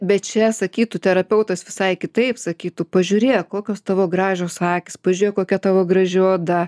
bet čia sakytų terapeutas visai kitaip sakytų pažiūrėk kokios tavo gražios akys pažiūrėk kokia tavo graži oda